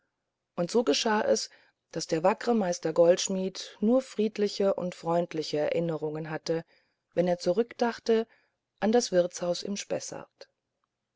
und so geschah es daß der wackre meister goldschmidt nur friedliche und freundliche erinnerungen hatte wenn er zurückdachte an das wirtshaus im spessart